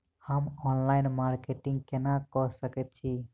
हम online marketing केना कऽ सकैत छी?